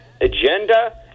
agenda